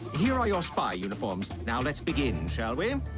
here are your spy uniforms now? let's begin shall we